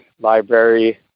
library